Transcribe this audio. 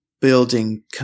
building